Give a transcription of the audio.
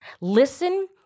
Listen